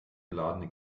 geladene